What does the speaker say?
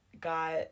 got